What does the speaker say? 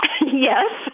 yes